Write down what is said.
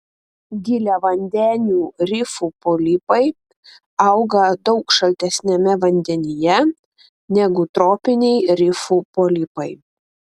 giliavandenių rifų polipai auga daug šaltesniame vandenyje negu tropiniai rifų polipai